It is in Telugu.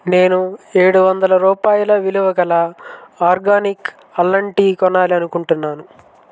నేను ఏడు వందల రూపాయల విలువ గల ఆర్గానిక్ అల్లం టీ కొనాలి అనుకుంటున్నాను